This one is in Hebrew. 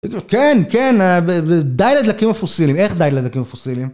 כן, כן, די לדלקים הפוסילים, איך די לדלקים הפוסילים?